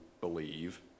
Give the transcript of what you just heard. believe